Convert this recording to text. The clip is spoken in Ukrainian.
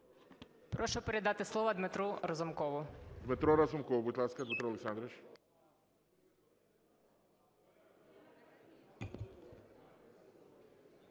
Прошу передати слово Дмитру Разумкову. ГОЛОВУЮЧИЙ. Дмитро Разумков, будь ласка. Дмитро Олександрович.